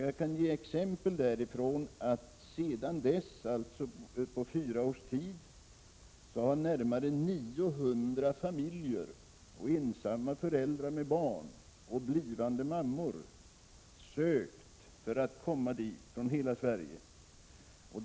Jag kan ge exempel därifrån på att under de fyra år som har gått sedan starten har närmare 900 familjer, ensamma föräldrar med barn och blivande mammor från hela landet sökt för att komma dit.